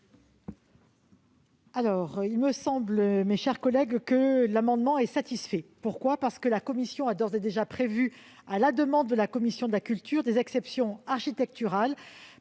? Il me semble, mes chers collègues, que ces amendements sont satisfaits, car la commission a d'ores et déjà prévu, à la demande de la commission de la culture, des exceptions architecturales,